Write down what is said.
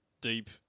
deep